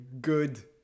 good